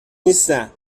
نیستم